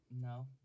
no